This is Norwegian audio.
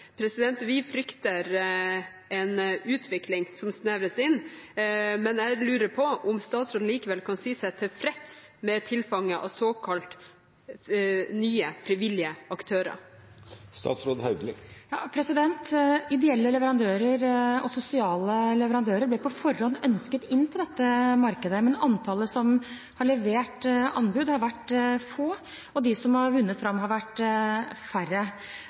Vi frykter en utvikling som snevres inn. Jeg lurer på om statsråden likevel kan si seg tilfreds med tilfanget av såkalte nye frivillige aktører? Ideelle leverandører og sosiale leverandører ble på forhånd ønsket inn på dette markedet, men antallet som har levert anbud, har vært lite, og de som har vunnet fram, har vært færre.